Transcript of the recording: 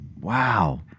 Wow